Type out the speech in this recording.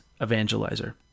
evangelizer